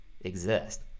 exist